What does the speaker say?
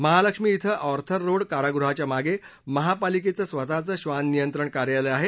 महालक्ष्मी इथं Arthur Road कारागृहाच्या मागे महापालिकेचं स्वतःचं क्षान नियंत्रण कार्यालय आहे